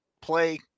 play